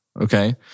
Okay